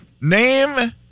Name